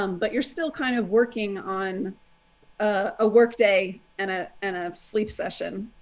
um but you're still kind of working on a work day and ah and a sleep session.